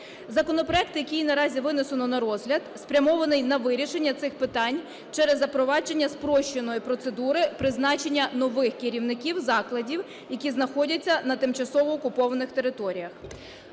Законопроект, який наразі винесено на розгляд, спрямований на вирішення цих питань через запровадження спрощеної процедури призначення нових керівників закладів, які знаходяться на тимчасово окупованих територіях.